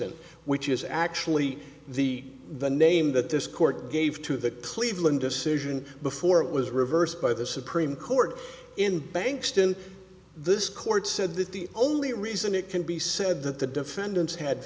n which is actually the the name that this court gave to the cleveland decision before it was reversed by the supreme court in bankston this court said that the only reason it can be said that the defendants had